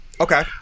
Okay